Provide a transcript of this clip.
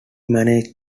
managed